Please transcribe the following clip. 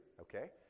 okay